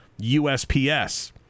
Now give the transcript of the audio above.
USPS